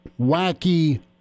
wacky